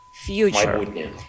future